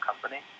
company